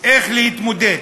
איך להתמודד,